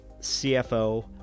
CFO